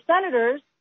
senators